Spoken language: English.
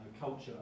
culture